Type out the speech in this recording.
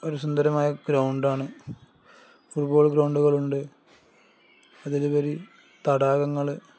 ഒരു സുന്ദരമായ ഗ്രൗണ്ടാണ് ഫുട്ബോൾ ഗ്രൗണ്ടുകളുണ്ട് അതിലുപരി തടാകങ്ങള്